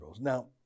Now